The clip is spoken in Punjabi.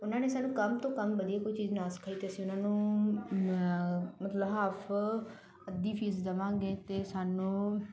ਉਹਨਾਂ ਨੇ ਸਾਨੂੰ ਕੰਮ ਤੋਂ ਕੰਮ ਵਧੀਆ ਕੋਈ ਚੀਜ਼ ਨਾ ਸਿਖਾਈ ਤਾਂ ਅਸੀਂ ਉਹਨਾਂ ਨੂੰ ਮਤਲਬ ਹਾਫ ਅੱਧੀ ਫੀਸ ਦੇਵਾਂਗੇ ਅਤੇ ਸਾਨੂੰ